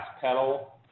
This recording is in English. pedal